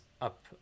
up